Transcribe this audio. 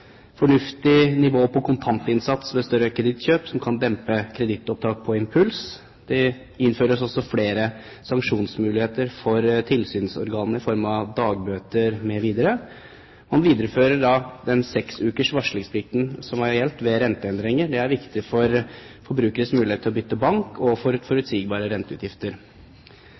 fornuftig nivå på kontantinnsats ved større kredittkjøp som kan dempe kredittopptak på impuls. Det innføres også flere sanksjonsmuligheter for tilsynsorganene i form av dagbøter mv. Man viderefører den seks ukers varslingsplikten som gjelder ved renteendringer. Det er viktig for forbrukeres mulighet til å bytte bank og for forutsigbare renteutgifter.